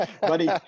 buddy